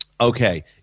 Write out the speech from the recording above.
Okay